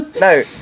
No